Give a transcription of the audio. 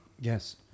Yes